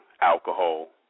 alcohol